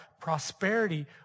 prosperity